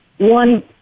one